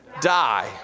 die